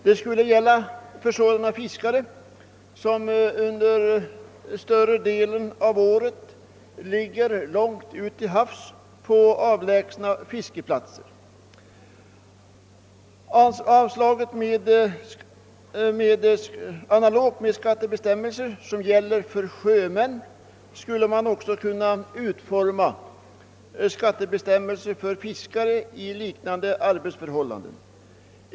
Dessa skulle gälla för sådana fiskare som under större delen av året ligger långt ute till havs på avlägsna fiskeplatser. Analogt med skattebestämmelserna för sjömän skulle man kunna utforma skattebestämmelser för fiskare som har liknande arbetsförhållanden.